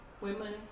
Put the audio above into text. women